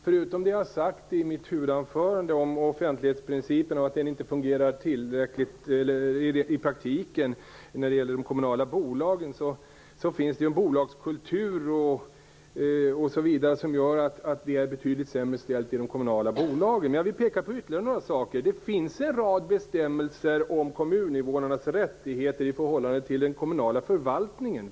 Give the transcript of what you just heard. Förutom det jag har sagt i mitt huvudanförande om att offentlighetsprincipen i praktiken inte fungerar när det gäller de kommunala bolagen - det finns en bolagskultur osv. som gör att det är betydligt sämre ställt i de kommunala bolagen - vill jag peka på ytterligare några saker. Det finns en rad bestämmelser om kommuninvånarnas rättigheter i förhållande till den kommunala förvaltningen.